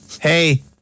Hey